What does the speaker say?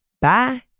Bye